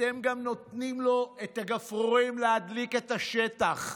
אתם גם נותנים לו את הגפרורים להדליק את השטח.